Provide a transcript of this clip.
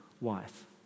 wife